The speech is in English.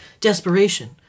Desperation